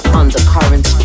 undercurrent